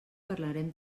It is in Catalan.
parlarem